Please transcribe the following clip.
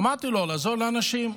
ואמרתי לו, לעזור לאנשים,